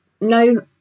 no